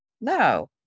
No